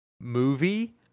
movie